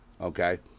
okay